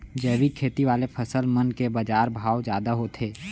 जैविक खेती वाले फसल मन के बाजार भाव जादा होथे